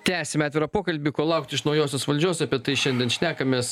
tęsime atvirą pokalbį ko laukti iš naujosios valdžios apie tai šiandien šnekamės